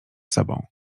sobą